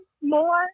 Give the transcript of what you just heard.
more